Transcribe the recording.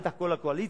בטח כל הקואליציה,